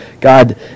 God